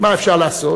מה אפשר לעשות